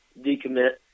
decommit